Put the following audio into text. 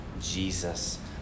Jesus